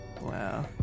Wow